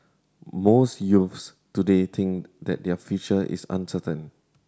most youths today think that their future is uncertain